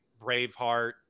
Braveheart